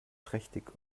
trächtig